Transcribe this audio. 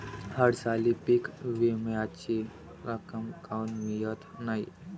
हरसाली पीक विम्याची रक्कम काऊन मियत नाई?